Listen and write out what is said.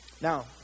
Now